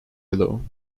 below